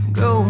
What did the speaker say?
go